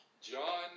John